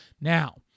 now